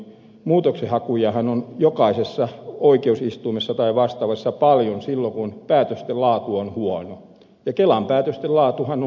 muutoksenhakujahan on jokaisessa oikeusistuimessa tai vastaavassa paljon silloin kun päätösten laatu on huono ja kelan päätösten laatuhan on huono